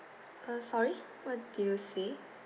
uh sorry what did you say